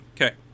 Okay